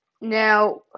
Now